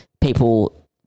people